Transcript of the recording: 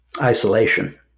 isolation